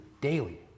daily